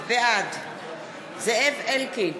בעד זאב אלקין,